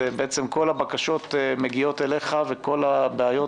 בעצם כל הבקשות מגיעות אליך וכל הבעיות